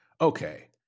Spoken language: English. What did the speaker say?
okay